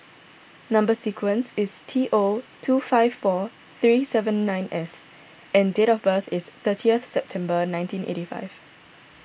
Number Sequence is T O two five four three seven nine S and date of birth is thirtieth September nineteen eighty five